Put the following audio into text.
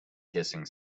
hissing